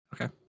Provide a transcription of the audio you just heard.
Okay